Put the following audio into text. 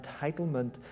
entitlement